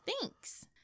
Thanks